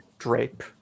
drape